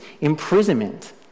imprisonment